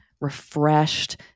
refreshed